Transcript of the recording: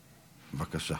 בבקשה.